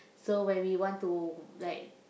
so when we want to like